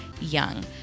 young